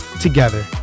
together